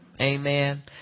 Amen